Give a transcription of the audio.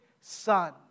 Son